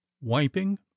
wiping